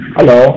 Hello